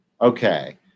Okay